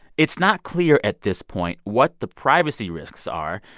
it's not clear at this point what the privacy risks are,